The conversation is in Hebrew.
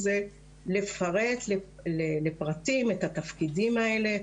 לפרט לפרטים את התפקידים האלה,